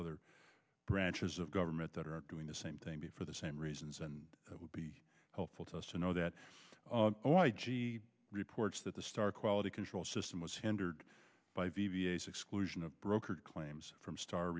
other branches of government that are doing the same thing be for the same reasons and it would be helpful to us to know that he reports that the star quality control system was hindered by the v a s exclusion of brokered claims from star